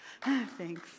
Thanks